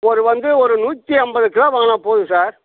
ஒரு வந்து ஒரு நூற்றி ஐம்பது கிலோ வாங்கினா போதும் சார்